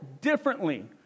differently